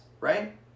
right